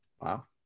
wow